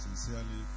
Sincerely